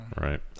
Right